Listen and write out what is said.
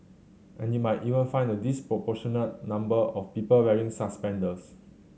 and you might even find a disproportionate number of people wearing suspenders